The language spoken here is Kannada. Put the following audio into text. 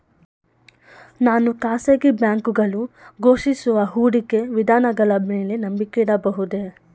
ನಾನು ಖಾಸಗಿ ಬ್ಯಾಂಕುಗಳು ಘೋಷಿಸುವ ಹೂಡಿಕೆ ವಿಧಾನಗಳ ಮೇಲೆ ನಂಬಿಕೆ ಇಡಬಹುದೇ?